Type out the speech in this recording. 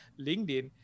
LinkedIn